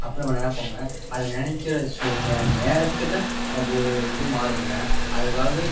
அப்புடின்னு நம்ம நினைப்போங்க அது நினைக்கிற சூன் நேரத்தில் நமக்கு ஒரு இது மாறுங்க அது அதாவது